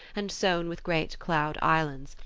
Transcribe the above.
and sown with great cloud islands,